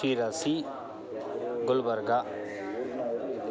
Sirsi Gulbarga